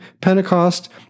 Pentecost